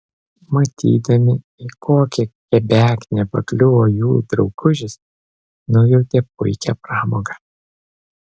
matydami į kokią kebeknę pakliuvo jų draugužis nujautė puikią pramogą